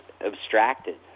abstracted